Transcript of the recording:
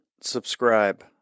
subscribe